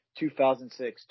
2006